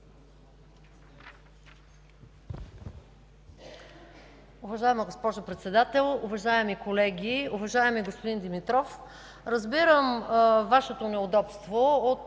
Уважаема госпожо Председател, уважаеми колеги! Уважаеми господин Димитров, разбирам Вашето неудобство от